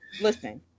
listen